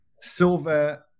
silver